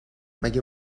مگه